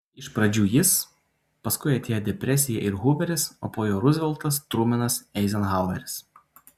iš pradžių jis paskui atėjo depresija ir huveris o po jo ruzveltas trumenas eizenhaueris